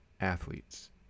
athletes